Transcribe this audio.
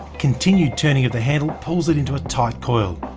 continued turning of the handle pulls it into a tight coil.